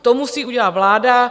To musí udělat vláda.